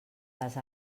les